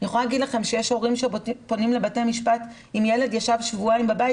יש הורים שפונים לבתי משפט אם ילד ישב שבועיים בבית,